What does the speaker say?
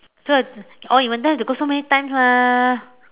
so or if not you have to go so many times mah